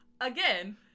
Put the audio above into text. Again